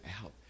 out